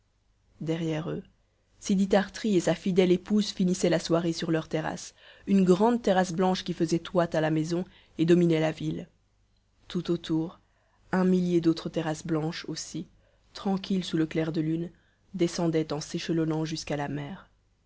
derrière eux sidi tart'ri et sa fidèle épouse finissaient la soirée sur leur terrasse une grande terrasse blanche qui faisait toit à la maison et dominait la ville tout autour un millier d'autres terrasses blanches aussi tranquilles sous le clair de lune descendaient en s'échelonnant jusqu'à la mer